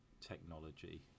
technology